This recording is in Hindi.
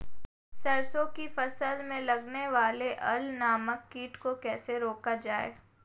सरसों की फसल में लगने वाले अल नामक कीट को कैसे रोका जाए?